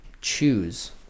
choose